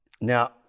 Now